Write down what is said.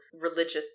religious